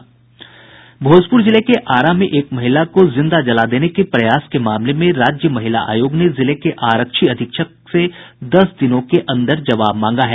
भोजपुर जिले के आरा में एक महिला को जिंदा जला देने के प्रयास के मामले में राज्य महिला आयोग ने जिले के आरक्षी अधीक्षक से दस दिनों के अंदर जवाब मांगा है